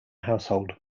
household